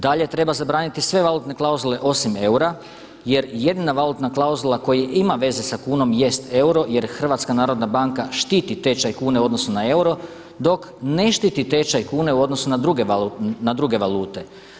Dalje treba zabraniti sve valutne klauzule osim eura jer jedina valutna klauzula koja ima veze sa kunom jest euro jer HNB štiti tečaj kune u odnosu na euro, dok ne štiti tečaj kune u odnosu na druge valute.